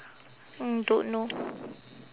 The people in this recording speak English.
mm don't know